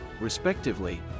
respectively